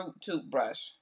toothbrush